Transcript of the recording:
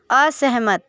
असहमत